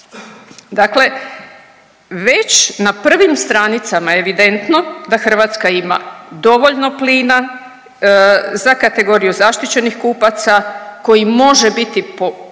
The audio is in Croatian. Dakle, već na prvim stranicama je evidentno da Hrvatska ima dovoljno plina za kategoriju zaštićenih kupaca koji može biti po